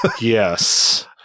Yes